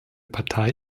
partei